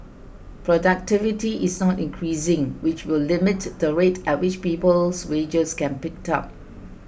productivity is not increasing which will limit the rate at which people's wages can pick up